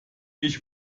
ich